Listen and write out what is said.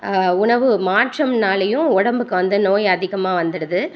உணவு மாற்றம்னாலேயும் உடம்புக்கு வந்து நோய் அதிகமாக வந்துவிடுது